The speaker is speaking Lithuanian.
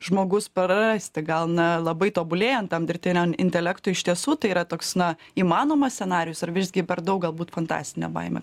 žmogus prarasti gal na labai tobulėjant tam dirbtiniam intelektui iš tiesų tai yra toks na įmanomas scenarijus ar visgi per daug galbūt fantastinė baimė